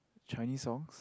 Chinese songs